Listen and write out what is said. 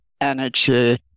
energy